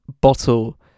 bottle